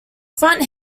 front